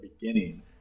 beginning